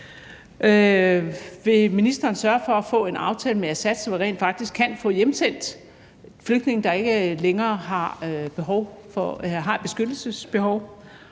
Vil ministeren sørge for at få en aftale med Assad, så vi rent faktisk kan få hjemsendt flygtninge, der ikke længere har et beskyttelsesbehov?